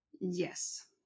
Yes